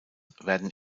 werden